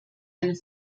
eine